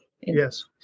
yes